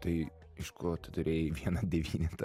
tai iš ko tu turėjai vieną devynetą